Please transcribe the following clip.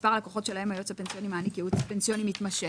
מספר הלקוחות שלהם היועץ הפנסיוני מעניק ייעוץ פנסיוני מתמשך.